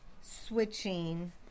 switching